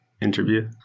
interview